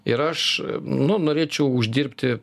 ir aš nu norėčiau uždirbti